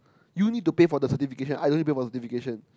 you need to pay for the certification I don't need to pay for the certification